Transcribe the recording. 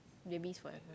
babies forever